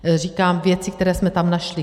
Říkám věci, které jsme tam našli.